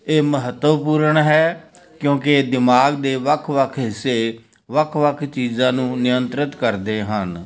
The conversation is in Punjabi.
ਇਹ ਮਹੱਤਵਪੂਰਨ ਹੈ ਕਿਉਂਕਿ ਦਿਮਾਗ ਦੇ ਵੱਖ ਵੱਖ ਹਿੱਸੇ ਵੱਖ ਵੱਖ ਚੀਜ਼ਾਂ ਨੂੰ ਨਿਯੰਤ੍ਰਿਤ ਕਰਦੇ ਹਨ